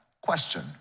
question